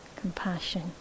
Compassion